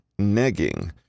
negging